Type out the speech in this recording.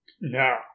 No